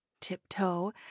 tiptoe